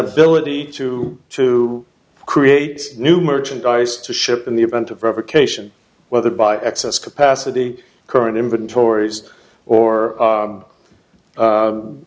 ability to to create new merchandise to ship in the event of revocation whether by excess capacity current inventories or